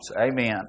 Amen